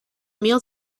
meal